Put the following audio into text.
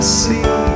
see